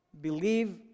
Believe